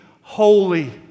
holy